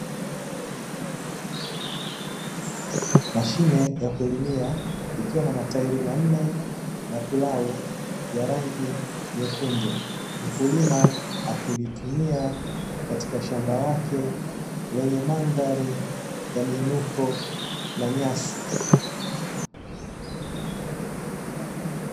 Mashine ya kulimia ikiwa na matairi manne na pilau ya rangi nyekundu mkulima akilitumia katika shamba lake lenye mandhari ya miinuko na nyasi.